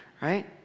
right